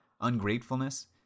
Ungratefulness